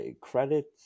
Credit